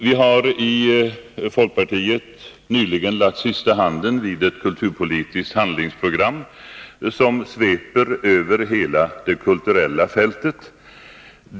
Vi har i folkpartiet nyligen lagt sista handen vid ett kulturpolitiskt handlingsprogram, som sveper över hela det kulturella fältet.